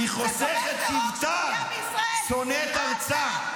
חושכת שבטה, שונאת ארצה,